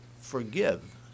forgive